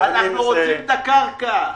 אנחנו רוצים את הקרקע.